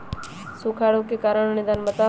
सूखा रोग के कारण और निदान बताऊ?